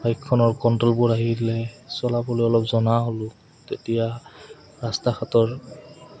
বাইকখনৰ কণ্ট্ৰ'লবোৰ আহিলে চলাবলৈ অলপ জনা হ'লোঁ তেতিয়া ৰাস্তা ঘাটৰ